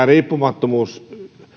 riippumattomuus